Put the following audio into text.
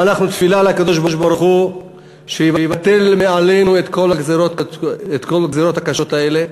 ואנחנו תפילה לקדוש-ברוך-הוא שיבטל מעלינו את כל הגזירות הקשות האלה,